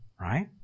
right